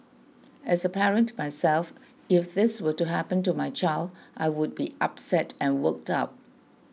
as a parent myself if this were to happen to my child I would be upset and worked up